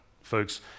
folks